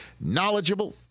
knowledgeable